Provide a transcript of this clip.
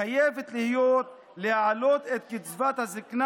תודה רבה.